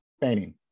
painting